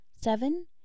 Seven